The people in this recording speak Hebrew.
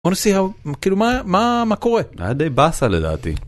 אולסיאוו כאילו מה מה מה קורה די באסה לדעתי.